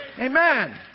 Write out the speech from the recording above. Amen